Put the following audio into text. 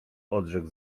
odrzekł